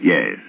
Yes